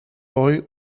boy